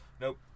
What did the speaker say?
Nope